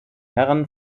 herren